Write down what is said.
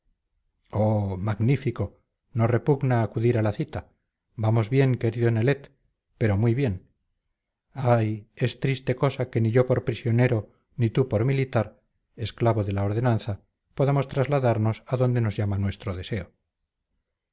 oh magnífico no repugna acudir a la cita vamos bien querido nelet pero muy bien ay es triste cosa que ni yo por prisionero ni tú por militar esclavo de la ordenanza podamos trasladarnos a donde nos llama nuestro deseo